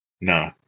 No